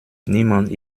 niemand